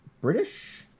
British